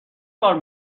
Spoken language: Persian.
بار